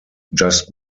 just